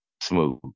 smooth